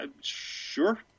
sure